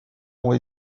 ont